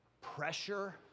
pressure